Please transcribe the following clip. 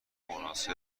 مناسب